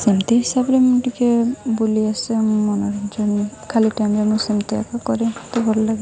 ସେମିତି ହିସାବରେ ମୁଁ ଟିକେ ବୁଲି ଆସେ ମନୋରଞ୍ଜନ ଖାଲି ଟାଇମ୍ରେ ମୁଁ ସେମିତି ଆକା କରେ ମୋତେ ଭଲ ଲାଗେ